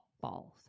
Balls